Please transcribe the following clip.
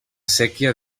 séquia